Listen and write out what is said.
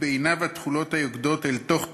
בעיניו התכולות היוקדות אל תוך תוכי,